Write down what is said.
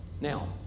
Now